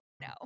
No